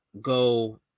go